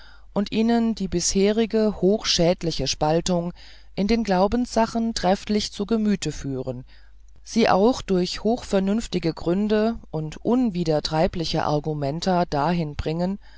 und ihnen die bisherige hochschädliche spaltungen in den glaubenssachen trefflich zu gemüt führen sie auch durch hoch vernünftige gründe und unwidertreibliche argumenta dahinbringen